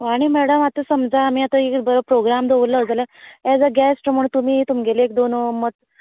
हय मॅहम आनी आतां समजा आमी एक बरो प्रोग्राम दवरलो जाल्यार गॅस्ट म्हणून तुमी तुमगेले एक दोन मत